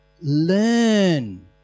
Learn